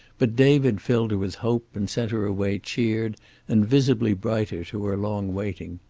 but david filled her with hope and sent her away cheered and visibly brighter to her long waiting.